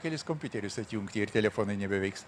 kelis kompiuterius atjungti ir telefonai nebeveiks